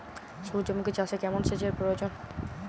সূর্যমুখি চাষে কেমন সেচের প্রয়োজন?